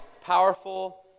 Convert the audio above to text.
Powerful